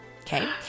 Okay